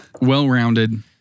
Well-rounded